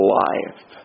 life